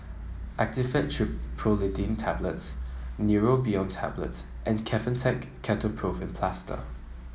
Actifed Triprolidine Tablets Neurobion Tablets and Kefentech Ketoprofen Plaster